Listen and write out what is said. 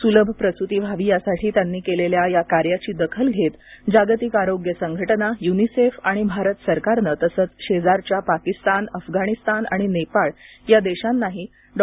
सुलभ प्रसूती व्हावी यासाठी त्यांनी केलेल्या या कार्याची दखल घेत जागतिक आरोग्य संघटना युनिसेफ आणि भारत सरकारनं तसंच शेजारच्या पाकिस्तान अफगाणिस्तान आणि नेपाळ या देशांनीही डॉ